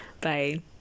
Bye